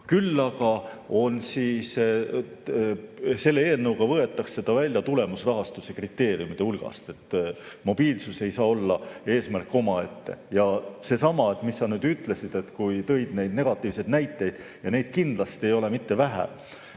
küll aga võetakse selle eelnõuga ta välja tulemusrahastuse kriteeriumide hulgast. Mobiilsus ei saa olla eesmärk omaette. Ja seesama, mis sa ütlesid, kui tõid neid negatiivseid näiteid – ja neid kindlasti ei ole mitte vähe